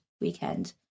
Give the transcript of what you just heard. weekend